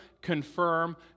confirm